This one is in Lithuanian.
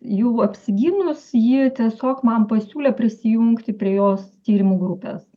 jau apsigynus ji tiesiog man pasiūlė prisijungti prie jos tyrimų grupės